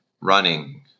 running